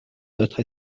notre